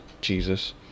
Jesus